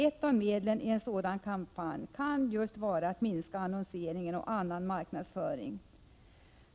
Ett av medlen i en sådan kampanj kan vara att just minska annonsering och annan marknadsföring.